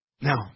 Now